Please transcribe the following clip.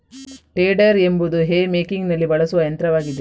tedder ಎಂಬುದು hay ಮೇಕಿಂಗಿನಲ್ಲಿ ಬಳಸುವ ಯಂತ್ರವಾಗಿದೆ